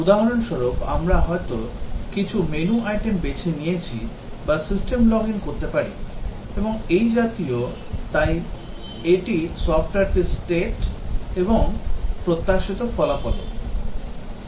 উদাহরণস্বরূপ আমরা হয়ত কিছু মেনু আইটেম বেছে নিয়েছি বা সিস্টেমে লগইন করতে পারি এবং এই জাতীয় তাই এটি সফ্টওয়্যারটির state এবং প্রত্যাশিত ফলাফলও